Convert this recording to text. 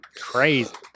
crazy